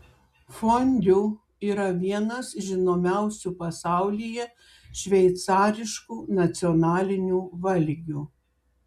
fondiu yra vienas žinomiausių pasaulyje šveicariškų nacionalinių valgių